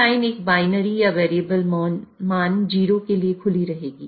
यह लाइन एक बाइनरी या वैरिएबल मान 0 के लिए खुली रहेगी